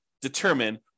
determine